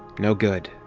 no good.